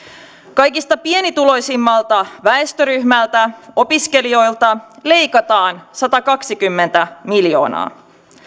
kaikista pienituloisimmalta väestöryhmältä opiskelijoilta leikataan satakaksikymmentä miljoonaa